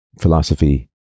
Philosophy